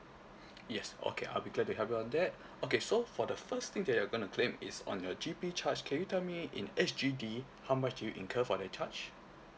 yes okay I'll be glad to help you on that okay so for the first thing that you're going to claim is on your G_P charge can you tell me in S_G_D how much do you incur for the charge